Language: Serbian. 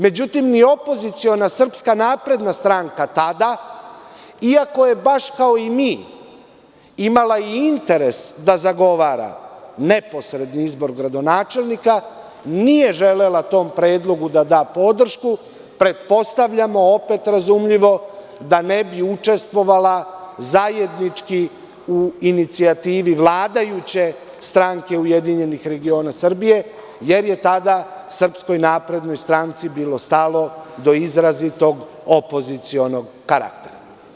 Međutim, ni opoziciona SNS tada, iako je baš kao i mi imala i interes da zagovara neposredni izbor gradonačelnika nije želela da tom predlogu da podršku, pretpostavljamo, opet razumljivo, da ne bi učestvovala zajednički u inicijativi vladajuće stranke URS, jer je tada SNS bilo stalo do izrazitog opozicionog karaktera.